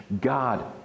God